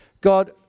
God